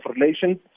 relations